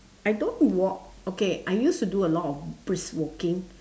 I don't walk okay I used to do a lot of brisk walking